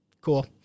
Cool